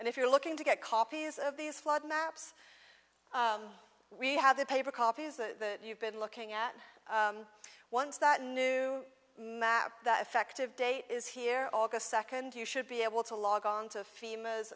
and if you're looking to get copies of these flood maps we have the paper copies the you've been looking at once that new map that effective date is here august second you should be able to log on to fem